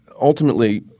ultimately